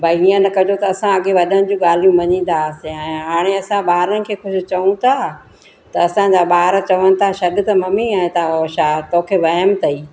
भाई हीअं न कजो त असांखे वॾनि जो ॻाल्हियूं मञीदासीं ऐं हाणे असां ॿारनि खे कुझु चऊं त त असांजा ॿार चवनि था छॾु त मम्मी त छा तोखे वहम ताईं